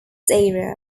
area